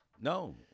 No